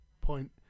point